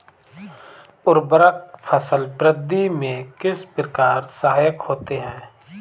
उर्वरक फसल वृद्धि में किस प्रकार सहायक होते हैं?